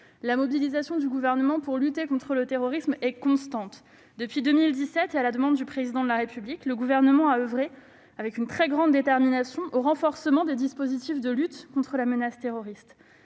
La mobilisation du Gouvernement pour lutter contre le terrorisme est constante. Depuis 2017, et à la demande du Président de la République, le Gouvernement a oeuvré avec une très grande détermination au renforcement des dispositifs de lutte contre la menace terroriste.